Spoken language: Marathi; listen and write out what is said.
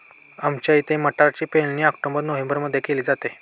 आमच्या इथे मटारची पेरणी ऑक्टोबर नोव्हेंबरमध्ये केली जाते